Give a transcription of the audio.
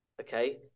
okay